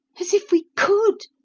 as if we could,